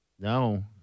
No